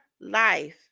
life